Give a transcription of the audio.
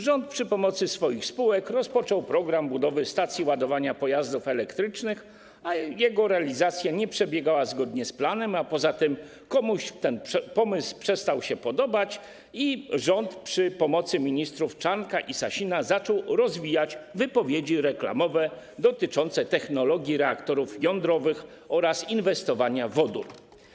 Rząd przy pomocy swoich spółek rozpoczął program budowy stacji ładowania pojazdów elektrycznych, ale jego realizacja nie przebiegała zgodnie z planem, a poza tym komuś ten pomysł przestał się podobać i rząd przy pomocy ministrów Czarnka i Sasina zaczął rozwijać wypowiedzi reklamowe dotyczące technologii reaktorów jądrowych oraz inwestowania w wodór.